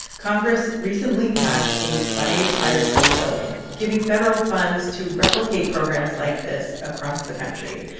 congress recently passed a bipartisan bill giving federal funds to replicate programs like this across the country.